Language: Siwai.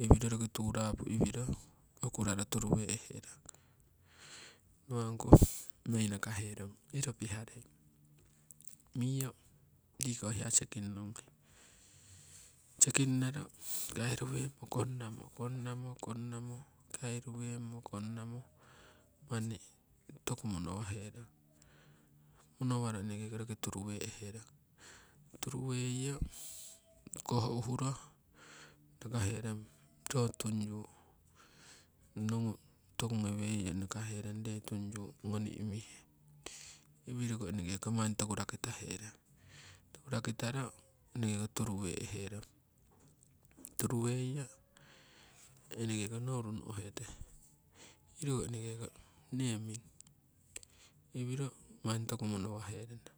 iwiro roki turapu iwiro okuraro turuwe'he rong. Nawa' ongkoh noi nakahe rong iro piharei miyo tiko hiya seking gunghe, seeking ngaro kairuwemmo konnamo. Konnamo, konnamo kairuwemmo konnamo manni toku mono waherana toku monowaro eneke ko roki turuwe'he rong turuweyo koh uhuro nakahe rong ree tunyu nogu toku geweiyo nakahe rong ree tungyu ngoni imihe, iwiroko eneke ko manni toku rakitahe rana toku rakitaro eneke ko turuwe'he rong turuweiyo eneke ko nouru no'hete iroko eneke ko nee ming iwiro manni toku mono waherana.